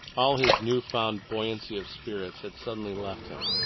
all his new-found buoyancy of spirits had suddenly left him.